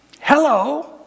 Hello